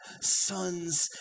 sons